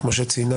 כמו שציינה